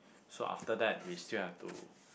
so after that we still have to